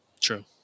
True